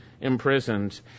imprisoned